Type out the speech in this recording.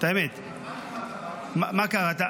הבנתי מה קראתי --- מה קראת?